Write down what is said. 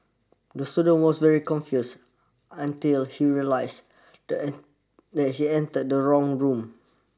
the student was very confused until he realised that that he entered the wrong room